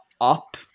up